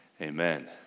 Amen